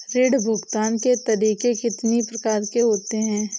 ऋण भुगतान के तरीके कितनी प्रकार के होते हैं?